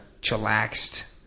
chillaxed